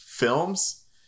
films